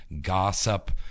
gossip